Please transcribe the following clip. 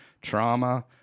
trauma